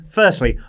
firstly